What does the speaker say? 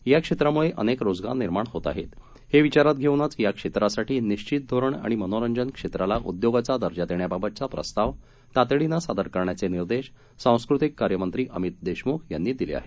या क्षेत्रामुळे अनेक रोजगार निर्माण होत आहेत हे विचारात घेऊनच या क्षेत्रासाठी निश्चित धोरण आणि मनोरंजन क्षेत्राला उद्योगाचा दर्जा देण्याबाबतचा प्रस्ताव तातडीनं सादर करण्याचं निर्देश सांस्कृतिक कार्यमंत्री अमित देशमुख यांनी दिले आहेत